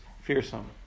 fearsome